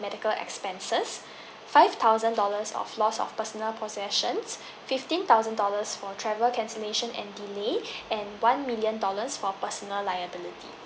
medical expenses five thousand dollars of loss of personal possessions fifteen thousand dollars for travel cancellation and delay and one million dollars for personal liability